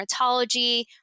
dermatology